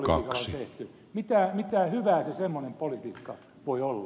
mitä hyvää se semmoinen politiikka voi olla